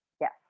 yes